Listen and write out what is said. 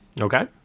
Okay